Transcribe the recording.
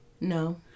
No